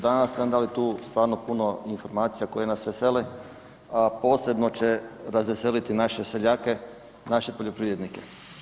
Danas ste nam dali tu stvarno puno informacija koje nas vesele, a posebno će razveseliti naše seljake, naše poljoprivrednike.